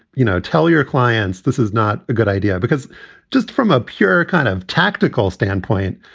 you know, tell your clients this is not a good idea, because just from a pure kind of tactical standpoint,